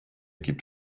gibt